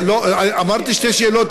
אמרתי שתי שאלות,